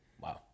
Wow